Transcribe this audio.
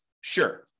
Sure